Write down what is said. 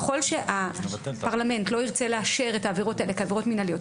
ככל שהפרלמנט לא ירצה לאשר את העבירות האלה כעבירות מינהליות,